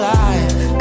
life